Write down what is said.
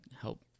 help